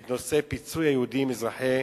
את נושא פיצוי היהודים אזרחי